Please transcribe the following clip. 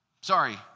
Sorry